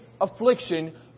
affliction